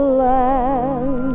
land